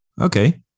okay